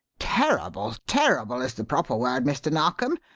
terrible terrible is the proper word, mr. narkom.